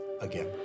again